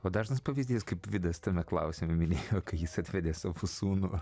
o dažnas pavyzdys kaip vidas tame klausime minėjo kai jis atvedė savo sūnų